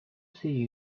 see